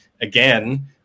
again